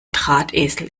drahtesel